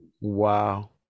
Wow